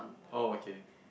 oh okay